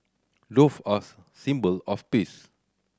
dove us symbol of peace